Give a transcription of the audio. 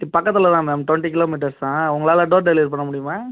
இப் பக்கத்தில் தான் மேம் டொண்ட்டி கிலோமீட்டர்ஸ் தான் உங்களால் டோர் டெலிவரி பண்ண முடியுமா